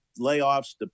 layoffs